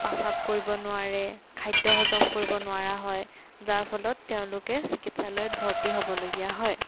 প্ৰস্ৰাৱ কৰিব নোৱাৰে খাদ্য হজম কৰিব নোৱাৰা হয় যাৰ ফলত তেওঁলোকে চিকিৎসালয়ত ভৰ্তি হ'বলগীয়া হয়